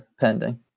pending